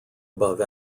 above